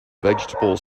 vegetables